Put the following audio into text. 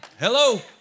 Hello